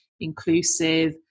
inclusive